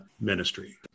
ministry